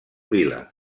vila